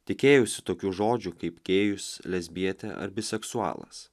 tikėjausi tokių žodžių kaip gėjus lesbietė ar biseksualas